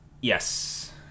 yes